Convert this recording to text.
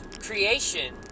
creation